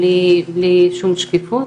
בלי שום שקיפות,